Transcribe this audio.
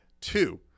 Two